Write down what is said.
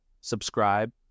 subscribe